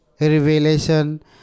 Revelation